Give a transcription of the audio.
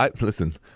Listen